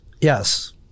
Yes